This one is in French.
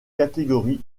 catégories